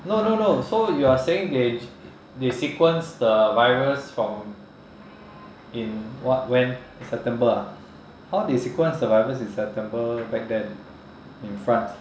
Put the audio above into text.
no no no so you are saying they they sequence the virus from in what when september ah how the sequence the virus in september back then in france